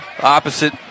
Opposite